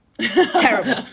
Terrible